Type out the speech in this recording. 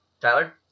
Tyler